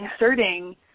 inserting